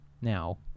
now